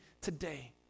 today